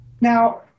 Now